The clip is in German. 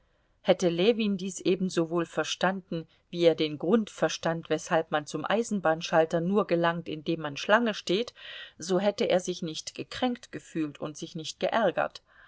hätte ljewin dies ebensowohl verstanden wie er den grund verstand weshalb man zum eisenbahnschalter nur gelangt indem man schlange steht so hätte er sich nicht gekränkt gefühlt und sich nicht geärgert